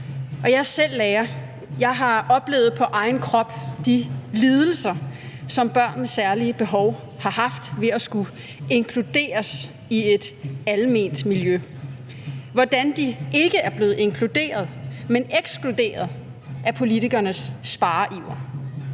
er selv lærer. Jeg har oplevet på egen krop de lidelser, som børn med særlige behov har haft ved at skulle inkluderes i et alment miljø, og hvordan de ikke er blevet inkluderet, men ekskluderet af politikernes spareiver.